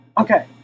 Okay